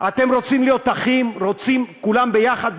אתם רוצים להיות אחים, כולם יחד?